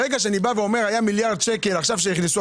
ברגע שאני בא ואומר שמיליארד שקל נכנס,